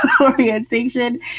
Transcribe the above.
orientation